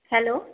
hello